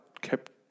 kept